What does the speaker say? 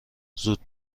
زود